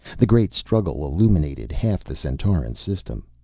the great struggle illuminated half the centauran system.